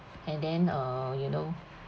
and then uh you know